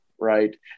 right